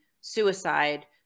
suicide